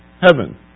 heaven